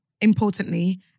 Importantly